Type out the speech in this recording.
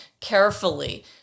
carefully